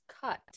cut